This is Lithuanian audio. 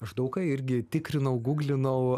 aš daug ką irgi tikrinau guglinau